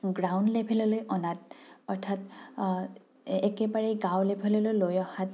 ground লেভেললৈ অনাত অৰ্থাৎ একেবাৰে গাঁও লেভেললৈ লৈ অহাত